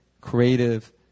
creative